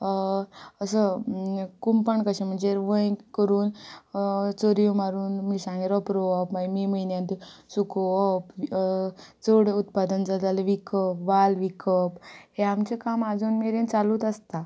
अस कुंपण कशें म्हणजेर वंय करून चरयो मारून मिरसांगे रोप रोवप मागीर मे म्हयन्यांत सुकोवप चड उत्पादन जाता जाल्या विकप वाल विकप हें आमचें काम आजून मेरेन चालूत आसता